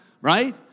Right